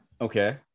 Okay